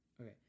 Okay